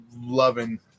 loving